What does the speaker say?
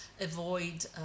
avoid